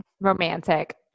Romantic